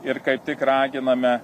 ir kaip tik raginame